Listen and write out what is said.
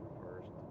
first